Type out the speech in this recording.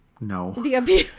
No